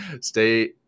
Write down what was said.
stay